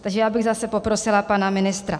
Takže já bych zase poprosila pana ministra.